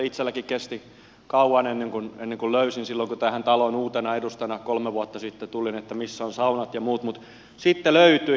itsellänikin kesti kauan ennen kuin löysin silloin kun tähän taloon uutena edustajana kolme vuotta sitten tulin missä ovat saunat ja muut mutta sitten löytyi